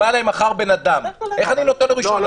בא אלי מחר בן אדם, איך אני נותן לו רישיון?